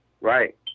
Right